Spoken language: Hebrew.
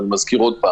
אני מזכיר שוב,